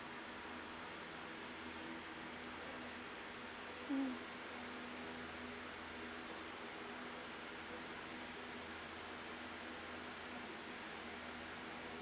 mm